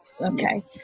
Okay